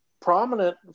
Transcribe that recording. prominent